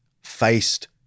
faced